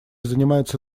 занимаются